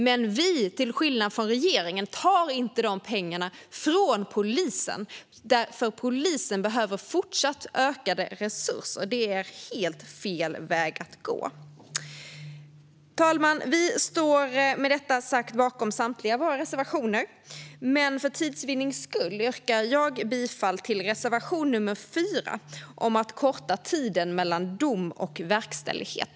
Men till skillnad från regeringen tar vi inte dessa pengar från polisen, för polisen behöver även fortsättningsvis ökade resurser. Det är helt fel väg att gå. Herr talman! Vi står, med detta sagt, bakom samtliga våra reservationer, men för tids vinnande yrkar jag bifall endast till reservation 4 om att korta tiden mellan dom och verkställighet.